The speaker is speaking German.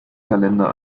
kalender